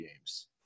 games